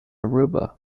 aruba